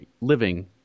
living